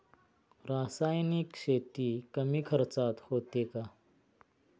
रासायनिक शेती कमी खर्चात होते का?